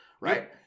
Right